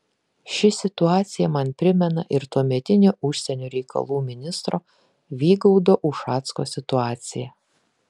ši situacija man primena ir tuometinio užsienio reikalų ministro vygaudo ušacko situaciją